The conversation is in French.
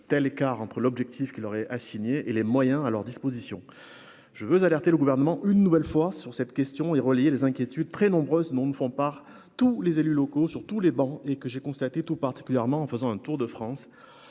tel écart entre l'objectif qui leur est assignée et les moyens à leur disposition, je veux alerter le gouvernement une nouvelle fois sur cette question et relayer les inquiétudes très nombreuses non ne font par tous les élus locaux sur tous les bancs et que j'ai constaté, tout particulièrement en faisant un tour de France,